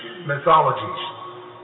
mythologies